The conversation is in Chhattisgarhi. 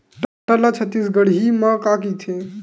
टमाटर ला छत्तीसगढ़ी मा का कइथे?